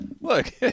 Look